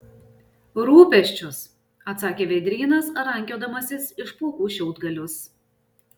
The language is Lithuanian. rūpesčius atsakė vėdrynas rankiodamasis iš plaukų šiaudgalius